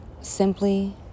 simply